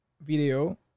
video